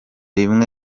rimwe